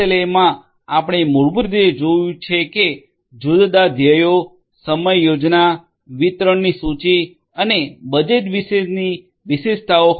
માં આપણે મૂળભૂત રીતે આપણે જોયું છે કે જુદા જુદા ધ્યેયો સમય યોજના વિતરણની સૂચિ અને બજેટ વિશેની વિશેષતા હોય છે